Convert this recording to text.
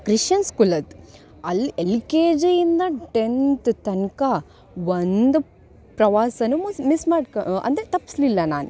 Christian school ಅದು ಅಲ್ಲಿ L K ಜಿಯಿಂದ ಟೆನ್ತ್ ತನಕ ಒಂದು ಪ್ರವಾಸನೂ ಮಿಸ್ ಮಾಡ್ಕ ಅಂದರೆ ತಪ್ಪಿಸ್ಲಿಲ್ಲ ನಾನು